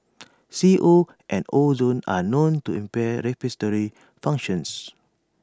C O and ozone are known to impair functions